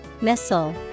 missile